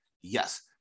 Yes